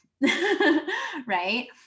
Right